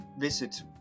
visit